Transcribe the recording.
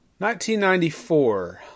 1994